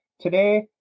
Today